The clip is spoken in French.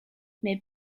mais